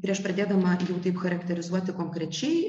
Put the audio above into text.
prieš pradėdama jau taip charakterizuoti konkrečiai